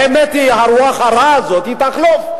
האמת היא, הרוח הרעה הזאת תחלוף.